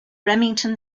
remington